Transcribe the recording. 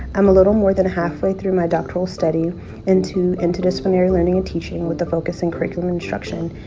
i'm a little more than halfway through my doctoral study into interdisciplinary learning and teaching with a focus in curriculum instruction,